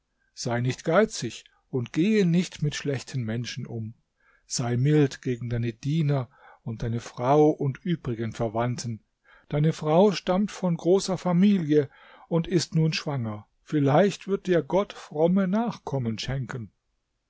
sei nicht geizig und gehe nicht mit schlechten menschen um sei mild gegen deine diener und deine frau und übrigen verwandten deine frau stammt von großer familie und ist nun schwanger vielleicht wird dir gott fromme nachkommen schenken